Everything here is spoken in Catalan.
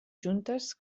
juntes